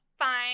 Fine